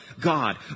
God